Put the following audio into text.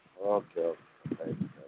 okay okay right right